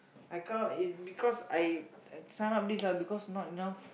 I come is because I sign up this because not enough